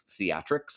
theatrics